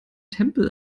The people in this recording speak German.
tempel